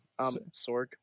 Sorg